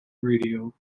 radio